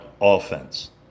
offense